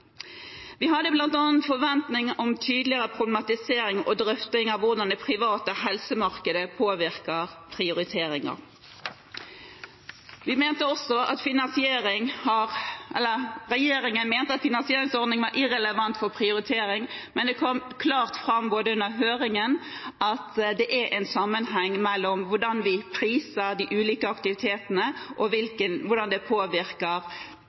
merknadene. Vi hadde bl.a. forventning om en tydeligere problematisering og drøfting av hvordan det private helsemarkedet påvirker prioriteringer. Regjeringen mente at finansieringsordningen var irrelevant for prioritering, men det kom klart fram under høringen at det er en sammenheng mellom hvordan vi priser de ulike aktivitetene, og hvordan det påvirker